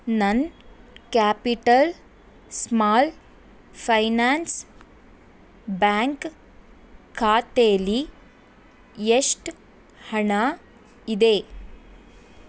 ನನ್ನ Capital Small Finance Bank ಖಾತೆಯಲ್ಲಿ ಎಷ್ಟು ಹಣ ಇದೆ